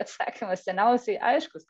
atsakymas seniausiai aiškus